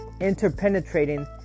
interpenetrating